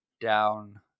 down